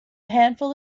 handful